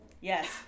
Yes